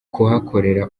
kuhakorera